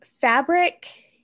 fabric